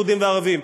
יהודים וערבים,